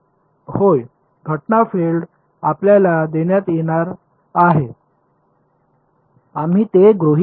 होय घटना फील्ड आपल्याला देण्यात येणार आहे आम्ही ते गृहित धरू